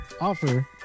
offer